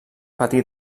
patí